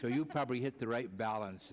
so you probably hit the right balance